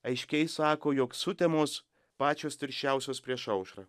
aiškiai sako jog sutemos pačios tirščiausios prieš aušrą